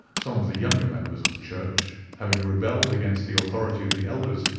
some of the younger members of the church having rebelled against the authority of the elders,